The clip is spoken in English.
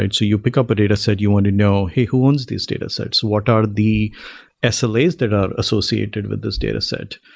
and so you pick up a dataset, you want to know, hey, who owns these datasets? what are the slas like that are associated with this dataset?